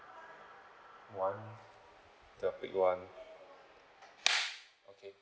topic one